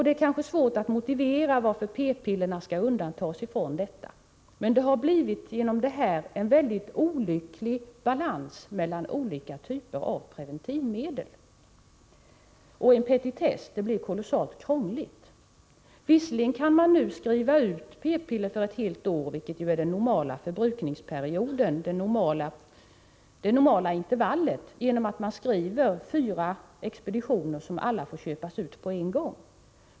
Det är kanske svårt att motivera varför p-pillren skall undantas. Men det har blivit en mycket olycklig balans mellan olika typer av preventivmedel. En petitess: det blir kolossalt krångligt. Visserligen kan man nu skriva ut p-piller för ett helt år, vilket är den normala förbrukningsperioden, genom att skriva ut fyra expeditioner, som alla får köpas ut på en gång.